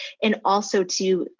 and also to